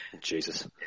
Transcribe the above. Jesus